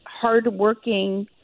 hardworking